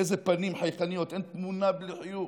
איזה פנים חייכניות, אין תמונה בלי חיוך,